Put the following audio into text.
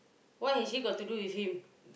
what has she got to do with him